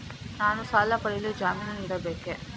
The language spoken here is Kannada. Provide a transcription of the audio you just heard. ನಾನು ಸಾಲ ಪಡೆಯಲು ಜಾಮೀನು ನೀಡಬೇಕೇ?